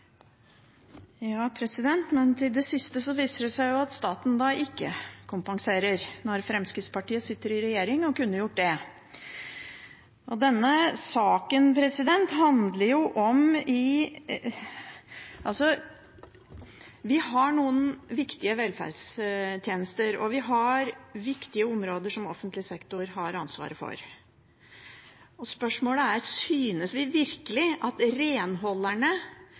Til det siste: Det viser seg jo at staten ikke kompenserer, når Fremskrittspartiet sitter i regjering og kunne gjort det. Vi har noen viktige velferdstjenester, og vi har viktige områder som offentlig sektor har ansvaret for. Spørsmålet er: Synes vi virkelig at renholderne